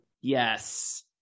Yes